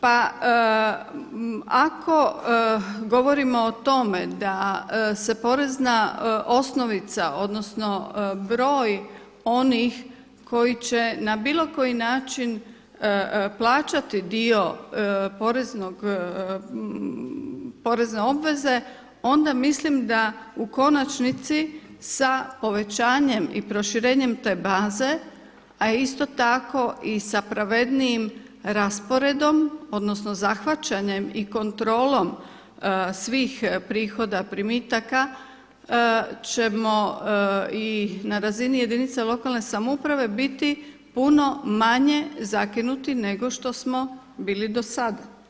Pa ako govorimo o tome da se porezna osnovica, odnosno broj onih koji će na bilo koji način plaćati dio porezne obveze onda mislim da u konačnici sa povećanjem i proširenjem te baze a isto tako sa pravednijim rasporedom odnosno zahvaćanjem i kontrolom svih prihoda i primitaka ćemo i na razini jedinica lokalne samouprave biti puno manje zakinuti nego što smo bili do sada.